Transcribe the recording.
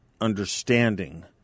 understanding